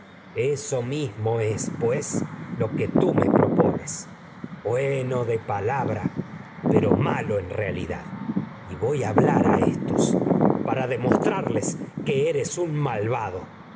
eso mismo es pues lo que en tú me propones a bueno de palabra pero malo a realidad eres un y voy hablar éstos para demostrarles pero no que malvado